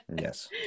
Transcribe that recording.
Yes